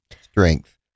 strength